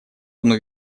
одну